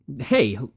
Hey